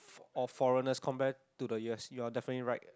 all foreigners compared to the years you're definitely right